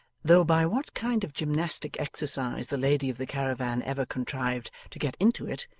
though by what kind of gymnastic exercise the lady of the caravan ever contrived to get into it,